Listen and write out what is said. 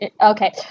Okay